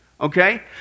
Okay